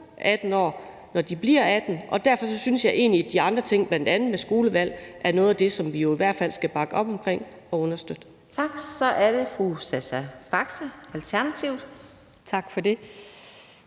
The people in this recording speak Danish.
stemme, når de bliver 18 år. Derfor synes jeg egentlig, at de andre ting, bl.a. det om skolevalg, er noget af det, som vi jo hvert fald skal bakke op omkring og understøtte. Kl. 14:44 Fjerde næstformand (Karina Adsbøl): Tak. Så er det